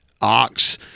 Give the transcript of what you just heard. ox